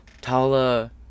Tala